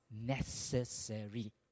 necessary